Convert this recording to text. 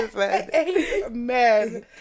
Amen